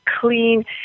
clean